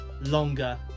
longer